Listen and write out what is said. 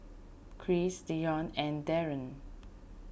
Chris Dijon and Daryn